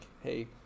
hey